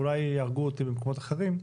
אולי יהרגו אותי במקומות אחרים,